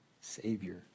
Savior